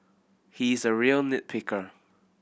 he is a real nit picker